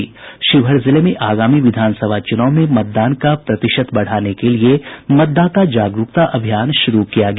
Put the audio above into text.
शिवहर जिले में आगामी विधानसभा चुनाव में मतदान का प्रतिशत बढ़ाने के लिए मतदाता जागरूकता अभियान शुरू किया गया